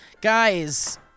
Guys